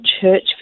church